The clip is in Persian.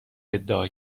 ادعا